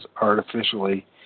artificially